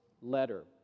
letter